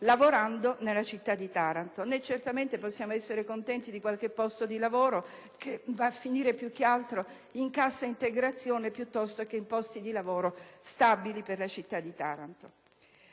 lavorando nella città di Taranto e certamente non possiamo essere contenti di qualche posto di lavoro che si traduce più che altro in cassa integrazione piuttosto che in posti di lavoro stabili per la città di Taranto.